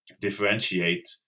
differentiate